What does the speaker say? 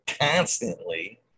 constantly